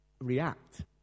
react